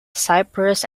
cyprus